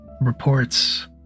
reports